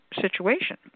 situation